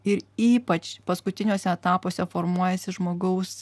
ir ypač paskutiniuose etapuose formuojasi žmogaus